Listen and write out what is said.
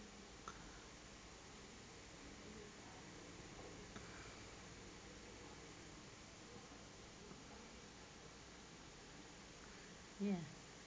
ya